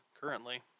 currently